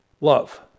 love